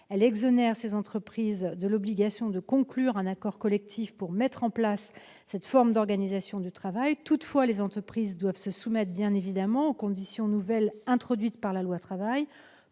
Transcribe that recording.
exonère les entreprises de l'obligation de conclure un accord collectif pour mettre en place cette forme d'organisation du travail. Toutefois, ces entreprises devront se soumettre aux conditions introduites par la loi Travail